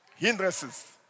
Hindrances